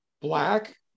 black